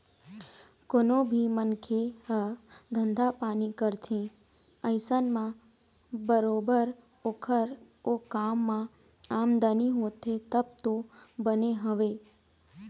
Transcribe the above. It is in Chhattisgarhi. कोनो भी मनखे ह धंधा पानी करथे अइसन म बरोबर ओखर ओ काम म आमदनी होथे तब तो बने हवय